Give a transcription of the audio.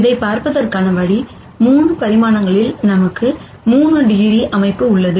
இதைப் பார்ப்பதற்கான வழி 3 பரிமாணங்களில் நமக்கு 3 டிகிரி அமைப்பு உள்ளது